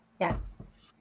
yes